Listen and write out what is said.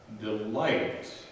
delight